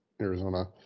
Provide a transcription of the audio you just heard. Arizona